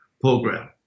program